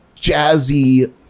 jazzy